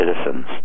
citizens